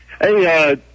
Hey